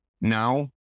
now